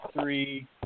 three